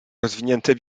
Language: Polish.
rozwinięte